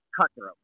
cutthroat